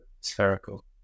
spherical